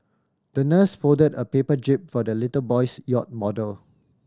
the nurse folded a paper jib for the little boy's yacht model